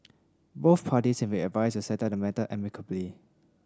both parties have been advised to settle the matter amicably